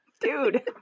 dude